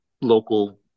local